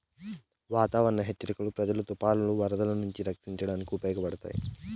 వాతావరణ హెచ్చరికలు ప్రజలను తుఫానులు, వరదలు నుంచి రక్షించడానికి ఉపయోగించబడతాయి